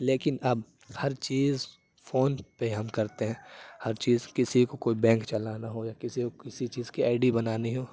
لیکن اب ہر چیز فون پہ ہم کرتے ہیں ہر چیز کسی کو کوئی بینک چلانا ہو یا کسی کو کسی چیز کی آئی ڈی بنانی ہو